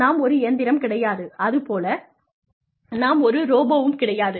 நாம் ஒரு இயந்திரம் கிடையாது அது போல நாம் ஒரு ரோபோவும் கிடையாது